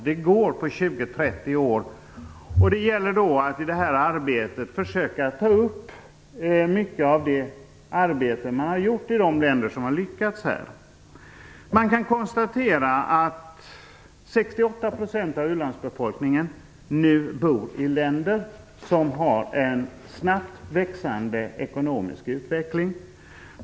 Det går på 20-30 år. Det gäller att i biståndsarbetet försöka ta upp mycket av det arbete man har gjort i de länder som har lyckats. Man kan konstatera att 68 % av ulandsbefolkningen nu bor i länder som har en snabbt växande ekonomisk utveckling.